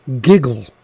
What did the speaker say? giggle